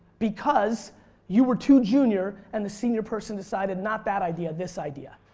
because you were too junior and the senior person decided not that idea, this idea.